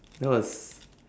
that was